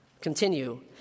Continue